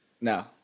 No